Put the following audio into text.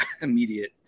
immediate